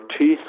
teeth